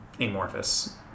Amorphous